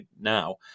now